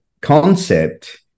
concept